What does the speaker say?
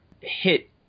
hit